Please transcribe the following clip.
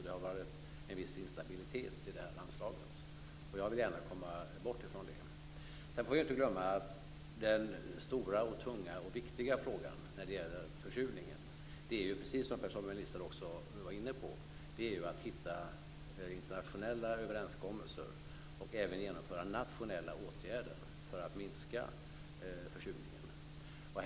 Det har varit en viss instabilitet i anslaget. Jag vill gärna komma bort från det. Den stora, tunga och viktiga frågan när det gäller försurningen är, precis som Per-Samuel Nisser var inne på, att hitta internationella överenskommelser och även genomföra nationella åtgärder för att minska försurningen.